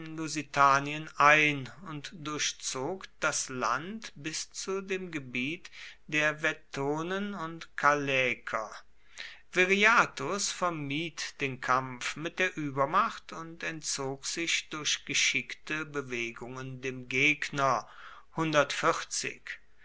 in lusitanien ein und durchzog das land bis zu dem gebiet der vettonen und callaeker viriathus vermied den kampf mit der übermacht und entzog sich durch geschickte bewegungen dem gegner